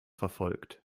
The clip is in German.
verfolgt